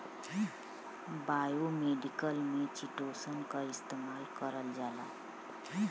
biomedical में chitosan क इस्तेमाल करल जाला